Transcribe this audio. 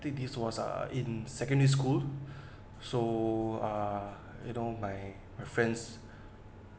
this was uh in secondary school so uh you know my my friends